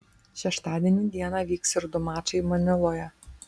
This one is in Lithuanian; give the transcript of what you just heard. šeštadienį dieną vyks ir du mačai maniloje